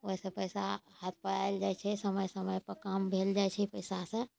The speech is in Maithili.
ओहिसऽ पैसा हाथ पर आयल जाइ छै समय समय पर काम भेल जाइ छै पैसा सऽ